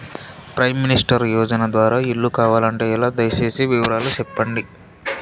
Prime minister యోజన ద్వారా ఇల్లు కావాలంటే ఎలా? దయ సేసి వివరాలు సెప్పండి?